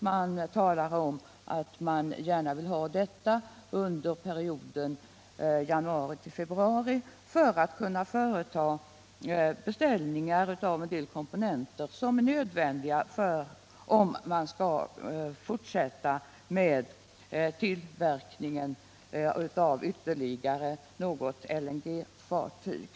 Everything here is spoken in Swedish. Man vill gärna ha denna under perioden januari-februari för att kunna beställa en del komponenter som är nödvändiga om man skall fortsätta tillverkningen av ytterligare något LNG-fartyg.